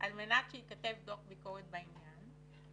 על מנת שייכתב דוח ביקורת בעניין,